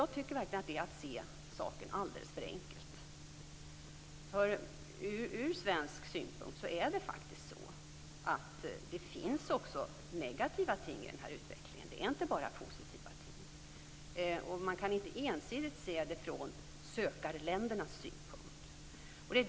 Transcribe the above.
Jag tycker verkligen att det är att se saken alldeles för enkelt. Från svensk synpunkt finns det faktiskt också negativa ting i den här utvecklingen. Det är alltså inte bara fråga om positiva ting. Man kan inte ensidigt se detta från sökarländernas synpunkt.